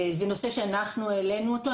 זה נושא שאנחנו העלינו אותו.